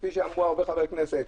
כפי שאמרו הרבה חברי כנסת?